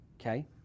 okay